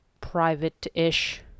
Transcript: Private-ish